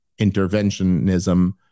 interventionism